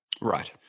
right